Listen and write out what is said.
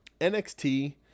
NXT